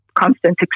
constant